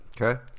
Okay